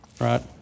right